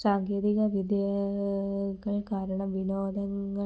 സങ്കേതികവിദ്യകൾ കാരണം വിനോദങ്ങൾ